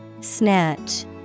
Snatch